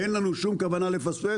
אין לנו שון כוונה לפספס.